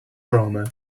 drama